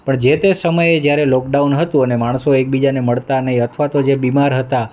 પણ જે તે સમયે જ્યારે લોકડાઉન હતું અને માણસો એકબીજાને મળતા નહીં અથવા તો જે બીમાર હતા